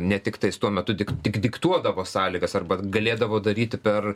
ne tiktais tuo metu dik tik diktuodavo sąlygas arba galėdavo daryti per